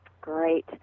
Great